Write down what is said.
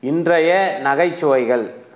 இன்றைய நகைச்சுவைகள்